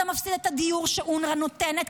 אתה מפסיד את הדיור שאונר"א נותנת,